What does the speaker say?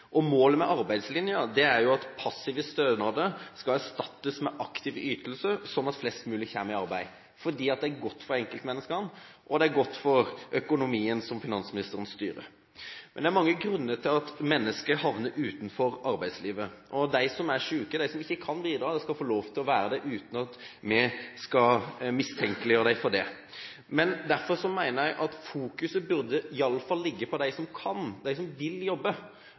Målet med arbeidslinjen er jo at passive stønader skal erstattes med aktiv ytelse, slik at flest mulig kommer i arbeid. Det er godt for enkeltmenneskene, og det er godt for den økonomien som finansministeren styrer. Det er mange grunner til at mennesker havner utenfor arbeidslivet. De som er syke og ikke kan bidra, skal få lov til det, uten at vi skal mistenkeliggjøre dem. Derfor mener jeg at en iallfall burde fokusere på dem som kan og vil jobbe.